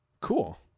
Cool